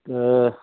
त